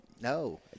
No